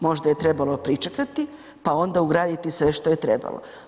Možda je trebalo pričekati, pa onda ugraditi sve što je trebalo.